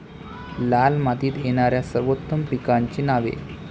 लाल मातीत येणाऱ्या सर्वोत्तम पिकांची नावे?